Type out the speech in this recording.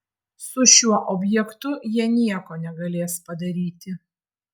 su šiuo objektu jie nieko negalės padaryti